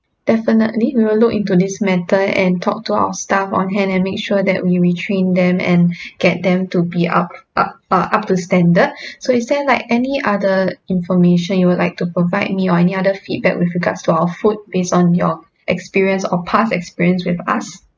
definitely we will look into this matter and talk to our staff on hand and make sure that we retrain them and get them to be up uh uh up to standard so is there like any other information you would like to provide me or any other feedback with regards to our food based on your experience or past experience with us